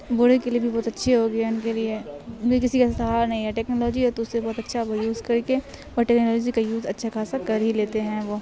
بوڑھے کے لیے بھی بہت اچھے ہو گئے ان کے لیے کسی کا سہار نہیں ہے ٹیکنالوجی ہے تو اس سے بہت اچھا یوز کر کے اور ٹیکنالوجی کا یوز اچھا خاصا کر ہی لیتے ہیں وہ